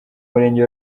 murenge